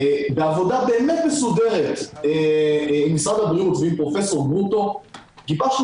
בעבודה באמת מסודרת עם משרד הבריאות ועם פרופ' גרוטו גיבשנו